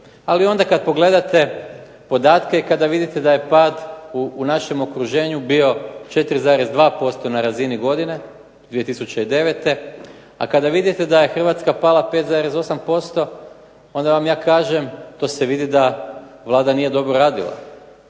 Ali onda kada pogledate podatke i kada vidite da je pad u našem okruženju bio 4,2% na razini godine 2009., a kada vidite da je HRvatska pala 5,8%, onda ja vam kažem to se vidi da Vlada nije dobro radila.